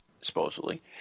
supposedly